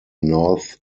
north